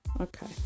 okay